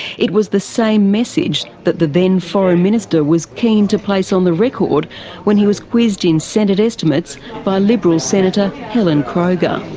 it was the same message that the then foreign minister was keen to place on the record when he was quizzed in senate estimates by liberal senator helen kroger.